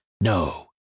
No